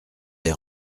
les